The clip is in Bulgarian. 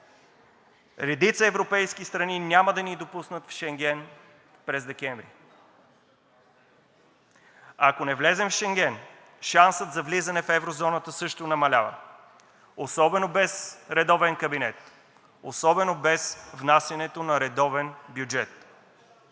редица европейски страни няма да ни допуснат в Шенген през декември. Ако не влезем в Шенген, шансът за влизане в еврозоната също намалява – особено без редовен кабинет, особено без внасянето на редовен бюджет.